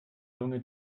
lunge